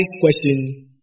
question